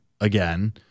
again